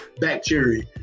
bacteria